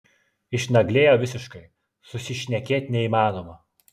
išnaglėjo visiškai susišnekėt neįmanoma